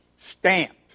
stamped